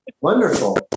Wonderful